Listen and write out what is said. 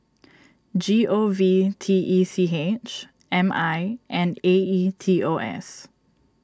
G O V T E C H M I and A E T O S